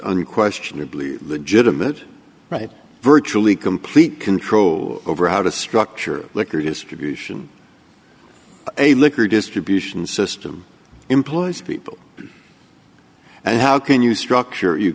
unquestionably the jit of it right virtually complete control over how to structure liquor distribution a liquor distribution system employs people and how can you structure you